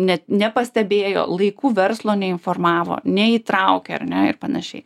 net nepastebėjo laiku verslo neinformavo neįtraukė ar ne ir panašiai